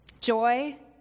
Joy